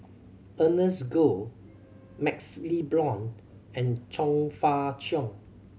Ernest Goh MaxLe Blond and Chong Fah Cheong